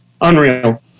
Unreal